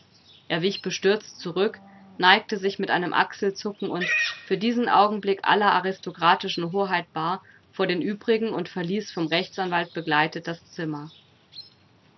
er wich bestürzt zurück neigte sich mit einem achselzucken und für diesen augenblick aller aristokratischen hoheit bar vor den übrigen und verließ vom rechtsanwalt begleitet das zimmer